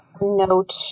note